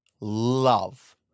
love